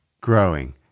growing